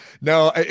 No